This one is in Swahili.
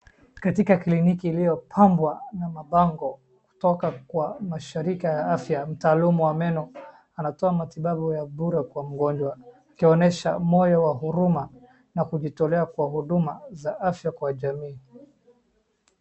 Katika kliniki iliopambwa na mabango kutoka kwa mashirika ya afya. Mtaaluma wa meno anatoa matibabu ya bure kwa mgonjwa, akionyesha moyo wa huruma na kujitolea kwa huduma za afya kwa jamii.